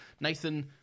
Nathan